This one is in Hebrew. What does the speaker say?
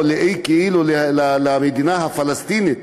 כאילו למדינה הפלסטינית,